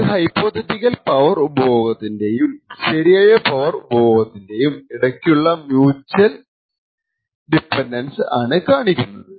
അത് hypothetical power ഉപഭോഗത്തിന്റെയും ശരിയായ പവർ ഉപഭോഗത്തിനും ഇടക്കുള്ള മ്യുച്ചൽ ഡിപെൻഡൻസ് ആണ് കണക്കാക്കുന്നത്